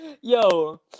yo